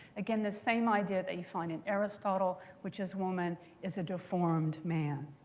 again, the same idea that you find in aristotle, which is woman is a deformed man.